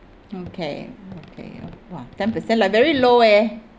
okay okay !wah! ten percent like very low leh